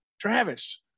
Travis